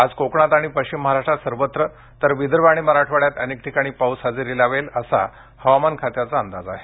आज कोकणात आणि पश्चिम महाराष्ट्रात सर्वत्र तर विदर्भ आणि मराठवाड्यात अनेक ठिकाणी पाऊस हजेरी लावेलअसा हवामान खात्याचा अंदाज आहे